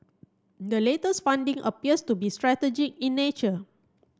the latest funding appears to be strategic in nature